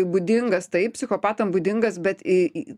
būdingas taip psichopatam būdingas bet į